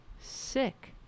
Sick